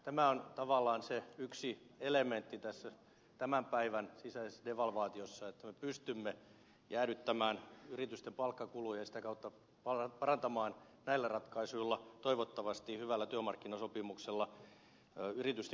tämä on tavallaan se yksi elementti tässä tämän päivän sisäisessä devalvaatiossa että me pystymme jäädyttämään yritysten palkkakuluja ja sitä kautta parantamaan näillä ratkaisuilla toivottavasti hyvällä työmarkkinasopimuksella yritysten kilpailukykyä